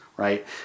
right